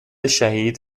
شهید